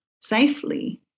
safely